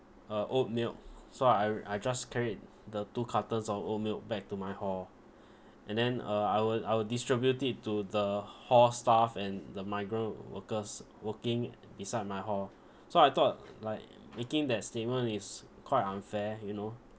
uh old milk so I r~ I just carried the two cartons of old milk back to my hall and then uh I will I will distribute it to the hall staff and the migrant workers working beside my hall so I thought like making that statement is quite unfair you know